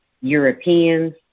Europeans